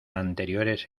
anteriores